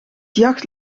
jacht